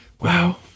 Wow